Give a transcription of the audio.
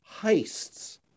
heists